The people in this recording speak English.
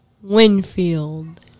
Winfield